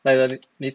like the 你